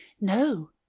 No